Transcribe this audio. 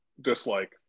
dislike